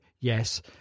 yes